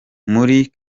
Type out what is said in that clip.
muri